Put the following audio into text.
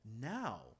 Now